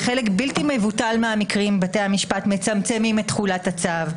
בחלק בלתי מבוטל מהמקרים בתי המשפט מצמצמים את תחולת הצו,